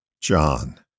John